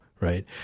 right